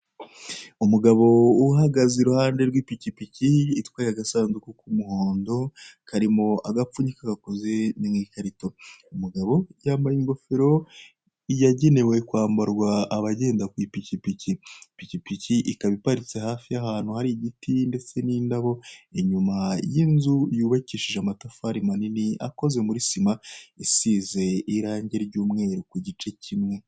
Umugabo uhagaze kuruhande rwipikipiki, itwaye agasanduka kumuhondo karimo afapfunyika gakoze mwikarito, uwo mugabo yambaye ingofero yagenewe kwambarwa abagenda kwipikipiki, ipikipiki ikaba iparitse hafi yahantu hari igiti ndetse n' indabo inyuma yinzu yubakishije amatafari manini akoze muri sima isize irange ry' umweru kugice kimwe.